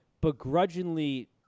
begrudgingly